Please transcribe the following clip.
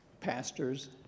pastors